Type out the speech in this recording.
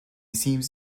seems